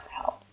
help